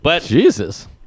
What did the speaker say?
Jesus